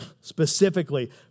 specifically